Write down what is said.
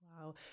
Wow